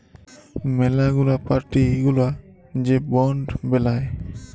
ম্যালা গুলা পার্টি গুলা যে বন্ড বেলায়